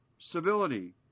civility